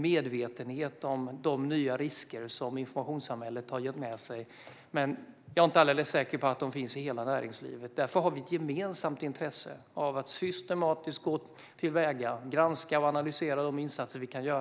medvetenhet om de nya risker som informationssamhället har fört med sig, men jag är inte alldeles säker på att det finns i hela näringslivet. Därför har vi ett gemensamt intresse av att gå systematiskt till väga och granska och analysera de insatser vi kan göra.